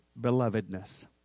belovedness